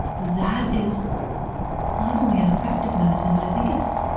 that is not only an effective medicine, but i think it's,